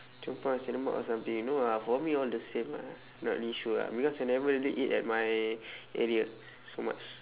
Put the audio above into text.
chong pang nasi lemak or something you know ah for me all the same ah not really sure ah because I never really eat at my area so much